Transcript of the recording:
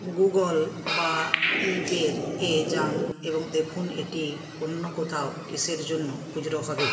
Google বা ইবের এ যান এবং দেখুন এটি অন্য কোথাও কীসের জন্য খুচরো হবে